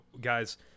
guys